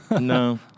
No